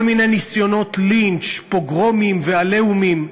כל מיני ניסיונות לינץ', פוגרומים ו"עליהומים".